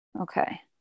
Okay